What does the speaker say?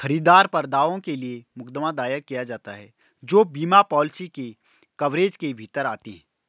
खरीदार पर दावों के लिए मुकदमा दायर किया जाता है जो बीमा पॉलिसी के कवरेज के भीतर आते हैं